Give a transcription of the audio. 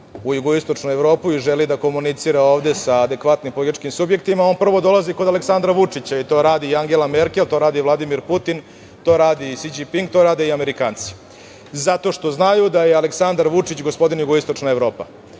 jugoistočnu Evropu i želi da komunicira ovde sa adekvatnim političkim subjektima, on prvo dolazi kod Aleksandra Vučića, i to radi Angela Merkel, to radi Vladimir Putin, to radi i Si Đinping, to rade i Amerikanci. Zato što znaju da je Aleksandar Vučić „gospodin jugoistočna Evropa“